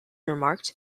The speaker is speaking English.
remarked